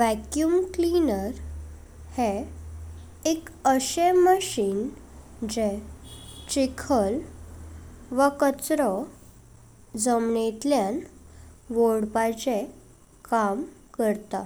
Vacuum clear हे एक असे मशीन जे चिखल वा कचरो जम्नेच्या वखोदपाचे काम करता।